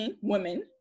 women